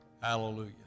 Hallelujah